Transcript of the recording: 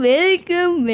Welcome